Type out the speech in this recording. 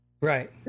Right